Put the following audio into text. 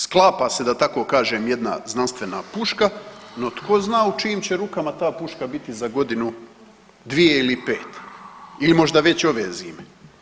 Sklapa se da tako kažem jedna znanstvena puška no tko zna u čijim će rukama ta puška biti za godinu, dvije ili pet ili možda već ove zime?